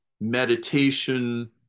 meditation